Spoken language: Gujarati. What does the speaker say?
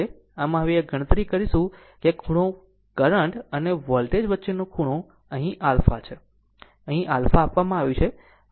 આમ હવે આપણે ગણતરી કરીશું કે આ ખૂણો કરંટ અને વોલ્ટેજ વચ્ચેનો ખૂણો આ ખૂણો આલ્ફા છે આ ખૂણો અહીં આલ્ફા આપવામાં આવ્યું છે